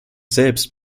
selbst